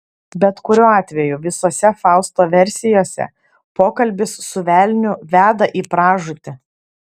bet kuriuo atveju visose fausto versijose pokalbis su velniu veda į pražūtį